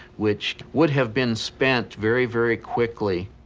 which would have been spent very, very quickly.